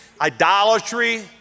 idolatry